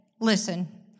listen